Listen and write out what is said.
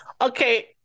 Okay